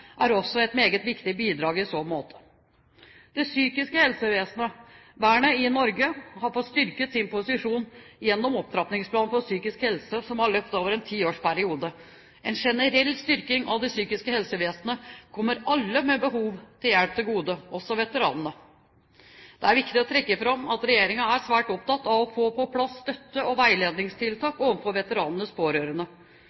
er også et meget viktig bidrag i så måte. Det psykiske helsevernet i Norge har fått styrket sin posisjon gjennom Opptrappingsplanen for psykisk helse, som har løpt over en tiårsperiode. En generell styrking av det psykiske helsevesenet kommer alle med behov for hjelp til gode, også veteranene. Det er viktig å trekke fram at regjeringen er svært opptatt av å få på plass støtte- og